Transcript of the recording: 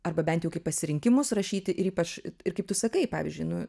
arba bent jau kaip pasirinkimus rašyti ir ypač ir kaip tu sakai pavyzdžiui nu